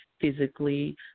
physically